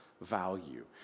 value